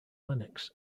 linux